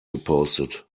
gepostet